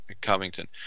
Covington